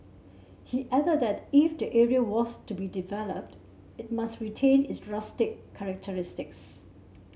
he added that if the area was to be developed it must retain its rustic characteristics